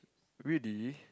really